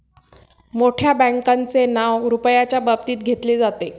मोठ्या बँकांचे नाव रुपयाच्या बाबतीत घेतले जाते